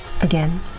Again